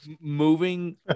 moving